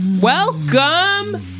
Welcome